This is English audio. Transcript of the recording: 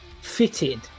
fitted